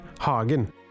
Hagen